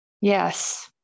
yes